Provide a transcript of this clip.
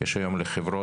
יש היום לחברות